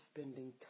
spending